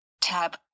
Tab